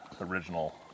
original